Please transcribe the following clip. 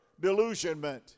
delusionment